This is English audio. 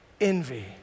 envy